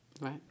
Right